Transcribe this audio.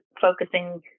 focusing